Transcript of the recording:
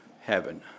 heaven